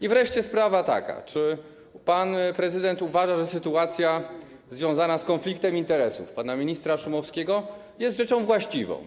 I wreszcie taka sprawa: Czy pan prezydent uważa, że sytuacja związana z konfliktem interesów pana ministra Szumowskiego jest rzeczą właściwą?